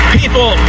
people